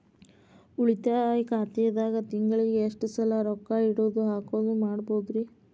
ಉಳಿತಾಯ ಖಾತೆದಾಗ ತಿಂಗಳಿಗೆ ಎಷ್ಟ ಸಲ ರೊಕ್ಕ ಇಡೋದು, ತಗ್ಯೊದು ಮಾಡಬಹುದ್ರಿ?